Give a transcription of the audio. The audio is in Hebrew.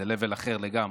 זה level אחר לגמרי.